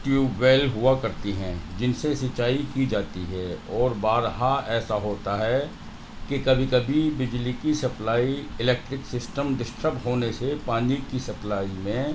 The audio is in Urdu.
ٹیوب ویل ہوا کرتی ہیں جن سے سینچائی کی جاتی ہے اور بارہا ایسا ہوتا ہے کہ کبھی کبھی بچلی کی سپلائی الیکٹرک سسٹم ڈسٹرپ ہونے سے پانی کی سپلائی میں